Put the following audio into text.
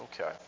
okay